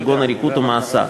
כגון עריקות או מאסר.